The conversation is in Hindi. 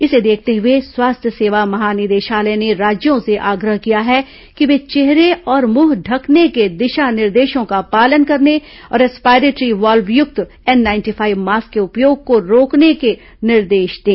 इसे देखते हए स्वास्थ्य सेवा महानिदेशालय ने राज्यों से आग्रह किया है कि वे चेहरे और मुंह ढंकने के दिशा निर्देशों का पालन करने और रेस्पिरेटरी वॉल्व युक्त एन नाइंटी फाइव मास्क के उपयोग को रोकने का निर्देश दें